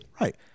Right